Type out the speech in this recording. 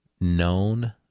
known